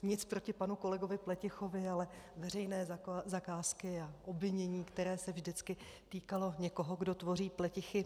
Nic proti panu kolegovi Pletichovi, ale veřejné zakázky a obvinění, které se vždycky týkalo někoho, kdo tvoří pletichy...